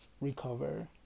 recover